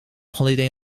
holiday